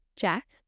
Jack